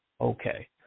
Okay